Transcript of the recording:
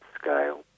scale